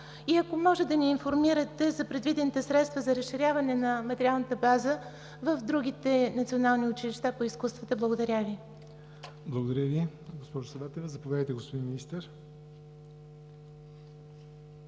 Ако може да ни информирате за предвидените средства за разширяване на материалната база в другите национални училища по изкуствата. Благодаря Ви. ПРЕДСЕДАТЕЛ ЯВОР НОТЕВ: Благодаря Ви, госпожо Саватева. Заповядайте, господин Министър.